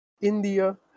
India